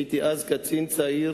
הייתי אז קצין צעיר